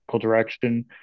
direction